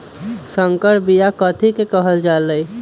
संकर बिया कथि के कहल जा लई?